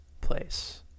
place